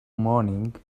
morning